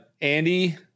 Andy